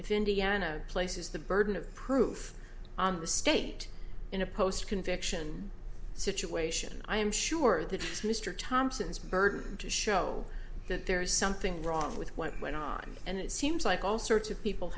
if indiana places the burden of proof on the state in a post conviction situation i am sure that mr thompson's burden to show that there is something wrong with what went on and it seems like all sorts of people